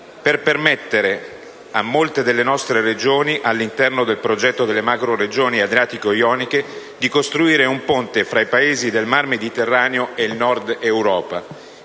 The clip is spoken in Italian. per permettere a molte delle nostre Regioni, all'interno del progetto della macroregione adriatico-ionica, di costruire un ponte fra i Paesi del mar Mediterraneo e il Nord-Europa.